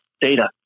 data